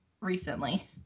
Recently